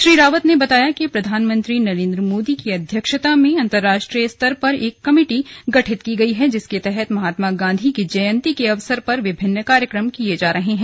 श्री रावत ने बताया कि प्रधानमंत्री नरेन्द्र मोदी की अध्यक्षता में अंतरराष्ट्रीय स्तर पर एक कमेटी गठित की गई है जिसके तहत महात्मा गांधी की जयंती के अवसर पर विभिन्न कार्यक्रम किए जा रहे हैं